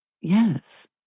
Yes